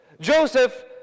Joseph